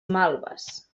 malves